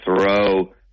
throw